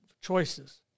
choices